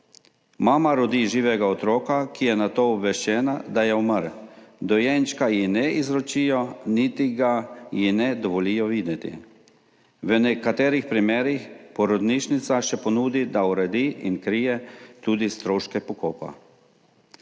mama rodi živega otroka, ki je nato obveščena, da je umrl, dojenčka ji ne izročijo, niti ji ga ne dovolijo videti. V nekaterih primerih porodnišnica še ponudi, da uredi in krije tudi stroške pokopa.